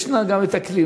יש לך גם כלי,